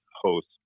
host